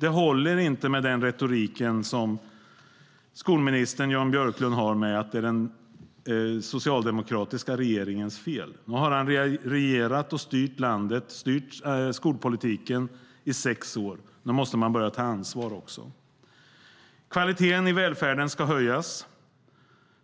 Det håller inte med den retorik som skolminister Jan Björklund har om att det är den socialdemokratiska regeringens fel. Nu har han regerat och styrt skolpolitiken i sex år. Nu måste man börja ta ansvar också. Kvaliteten i välfärden ska höjas.